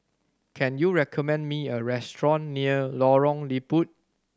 can you recommend me a restaurant near Lorong Liput